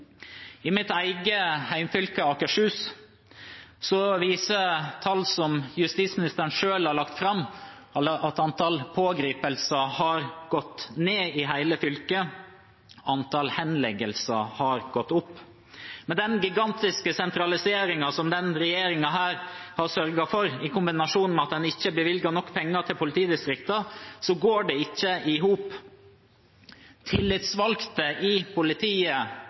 I mitt eget hjemfylke, Akershus, viser tall som justisministeren selv har lagt fram, at antall pågripelser har gått ned i hele fylket, og antall henleggelser har gått opp. Med den gigantiske sentraliseringen som denne regjeringen har sørget for, i kombinasjon med at en ikke bevilget nok penger til politidistriktene, går det ikke i hop. Tillitsvalgte i politiet